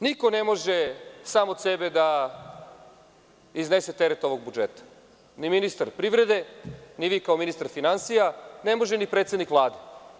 Niko ne može sam od sebe da iznese teret ovog budžeta, ni ministar privrede, ni vi kao ministar finansija, ne može ni predsednik Vlade.